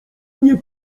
nie